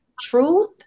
truth